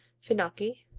finocchi,